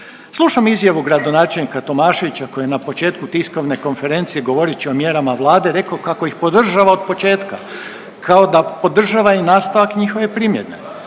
Slušam izjavu gradonačelnika Tomaševića koji je na početku tiskovne konferencije govoreći o mjerama Vlade rekao kako ih podržava od početka kao da podržava i nastavak njihove primjene.